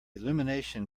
illumination